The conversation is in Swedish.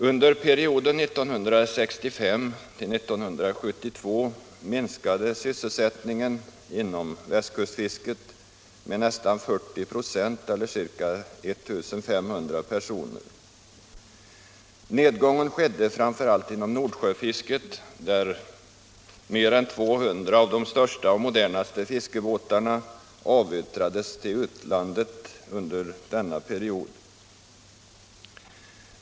Under perioden 1965-1972 minskades sysselsättningen inom västkustfisket med nästan 40 "6, eller ca 1 500 personer. Nedgången skedde framför allt inom Nordsjöfisket, där mer än 200 av de största och modernaste fiskebåtarna avyttrades till utlandet under denna period.